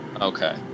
Okay